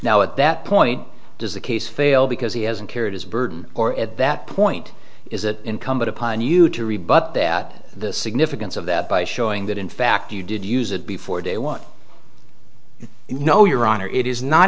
now at that point does the case fail because he hasn't cared as a bird or at that point is it incumbent upon you to rebut that the significance of that by showing that in fact you did use it before day one no your honor it is not